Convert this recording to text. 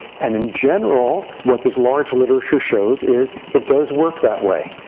and, in general, what this large literature shows is it does work that way.